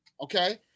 okay